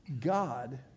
God